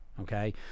Okay